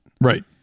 Right